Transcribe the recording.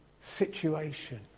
situation